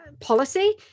policy